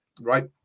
Right